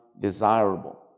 desirable